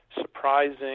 Surprising